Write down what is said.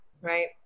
right